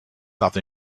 thought